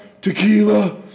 tequila